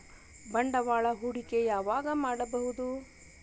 ಬಂಡವಾಳ ಹೂಡಕಿ ಯಾವಾಗ್ ಮಾಡ್ಬಹುದು?